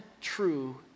true